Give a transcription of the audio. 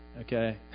okay